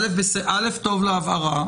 טוב להבהרה.